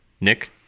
nick